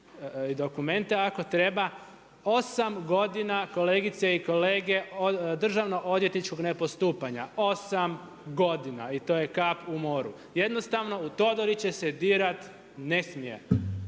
dokumente ako treba. 8 godina kolegice i kolege, državnoodvjetničkog ne postupanja, 8 godina. I to je kap u moru. Jednostavno u Todoriće se dirat ne smije.